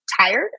tired